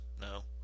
no